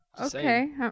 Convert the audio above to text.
Okay